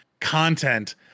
content